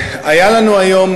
היה לנו היום,